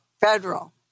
federal